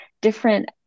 different